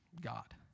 God